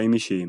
חיים אישיים